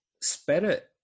spirit